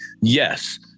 Yes